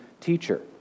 teacher